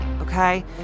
okay